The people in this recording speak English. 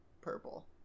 purple